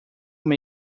will